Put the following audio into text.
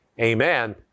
amen